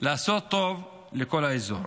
לעשות טוב לכל האזור.